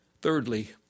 Thirdly